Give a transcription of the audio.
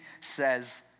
says